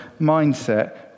mindset